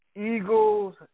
Eagles